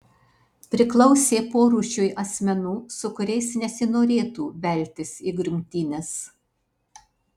priklausė porūšiui asmenų su kuriais nesinorėtų veltis į grumtynes